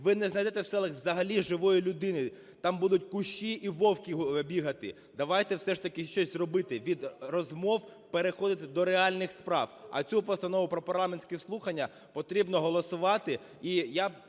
ви не знайдете в селах взагалі живої людини, там будуть кущі і вовки бігати. Давайте все ж таки щось робити, від розмов переходити до реальних справ. А цю Постанову про парламентські слухання потрібно голосувати,